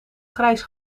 grijs